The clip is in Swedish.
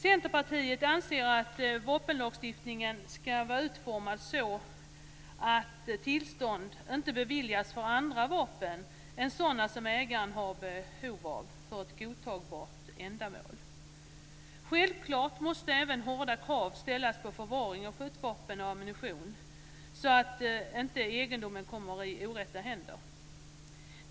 Centerpartiet anser att vapenlagstiftningen ska vara utformad så att tillstånd inte beviljas för andra vapen än sådana som ägaren har behov av för ett godtagbart ändamål. Självfallet måste även hårda krav ställas på förvaring av skjutvapen och ammunition så att egendomen inte kommer i orätta händer.